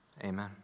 Amen